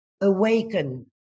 awaken